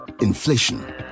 inflation